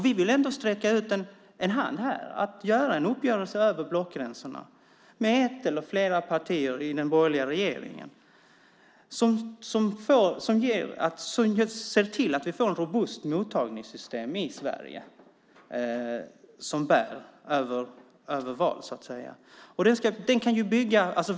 Vi vill sträcka ut en hand här och åstadkomma en uppgörelse över blockgränserna med ett eller flera partier i den borgerliga regeringen som ser till att vi får ett robust mottagningssystem i Sverige som bär över val.